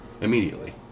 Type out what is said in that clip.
immediately